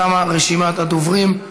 תמה רשימת הדוברים.